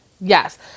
Yes